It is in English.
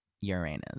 Uranus